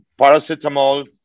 paracetamol